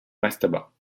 mastaba